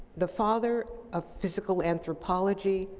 the father of physical anthropology,